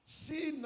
see